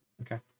Okay